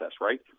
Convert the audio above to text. right